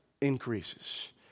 increases